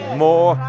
more